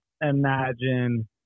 imagine